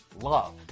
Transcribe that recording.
love